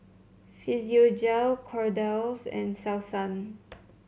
Physiogel Kordel's and Selsun